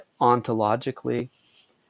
ontologically